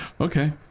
Okay